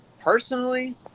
personally